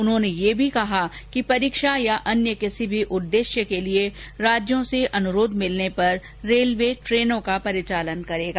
उन्होने यह भी कहा कि परीक्षा या अन्य किसी भी उद्देश्य के लिये राज्यों से अनुरोध मिलने पर रेलवे ट्रेनों का परिचालन करेगा